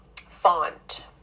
font